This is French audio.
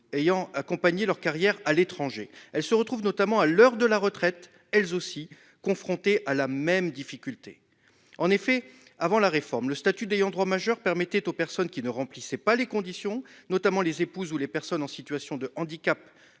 ayant accompagné leur carrière à l'étranger. Elle se retrouve notamment à l'heure de la retraite, elles aussi confrontées à la même difficulté. En effet, avant la réforme le statut d'ayants droit majeurs permettait aux personnes qui ne remplissait pas les conditions, notamment les épouses ou les personnes en situation de handicap,